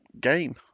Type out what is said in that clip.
game